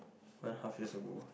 one and a half years ago